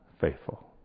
faithful